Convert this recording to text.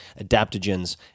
adaptogens